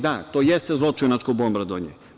Da, to jeste zločinačko bombardovanje.